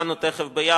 ותיכף כולנו ביחד,